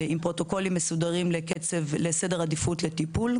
עם פרוטוקולים מסודרים לסדר עדיפות לטיפול.